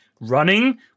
running